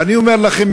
ואני אומר לכם,